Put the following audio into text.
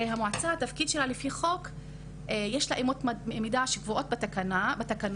הרי למועצה לפי חוק יש אמות מידה שקבועות בתקנות.